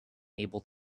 able